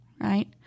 right